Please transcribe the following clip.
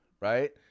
Right